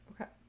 Okay